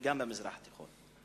וגם במזרח התיכון.